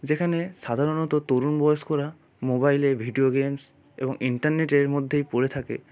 যেখানে সাধারণত তরুণ বয়স্করা মোবাইলে ভিডিও গেমস এবং ইন্টারনেটের মধ্যেই পড়ে থাকে